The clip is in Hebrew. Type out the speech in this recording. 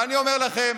ואני אומר לכם,